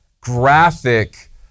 graphic